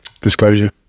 disclosure